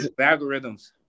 algorithms